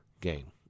game